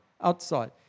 outside